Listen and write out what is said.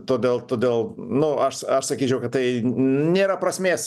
todėl todėl nu aš aš sakyčiau kad tai nėra prasmės